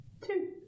two